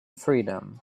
freedom